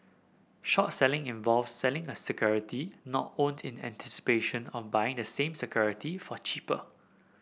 short selling involves selling a security not owned in anticipation of buying the same security for cheaper